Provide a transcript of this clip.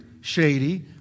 shady